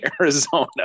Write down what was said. Arizona